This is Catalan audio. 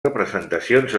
representacions